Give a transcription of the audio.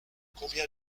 combien